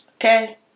Okay